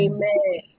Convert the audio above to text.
Amen